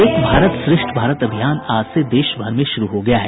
एक भारत श्रेष्ठ भारत अभियान आज से देशभर में शुरू हो गया है